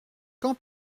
quand